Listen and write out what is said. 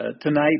Tonight